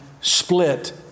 split